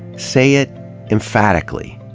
say it emphatically.